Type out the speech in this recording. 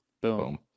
Boom